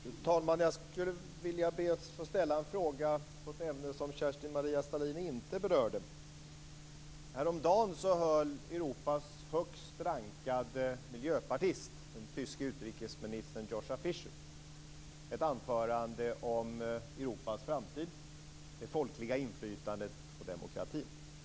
Fru talman! Jag skulle vilja ställa en fråga om ett ämne som Kerstin-Maria Stalin inte berörde. Häromdagen höll Europas högst rankade miljöpartist, den tyske utrikesministern Joschka Fischer, ett anförande om Europas framtid, det folkliga inflytandet och demokratin.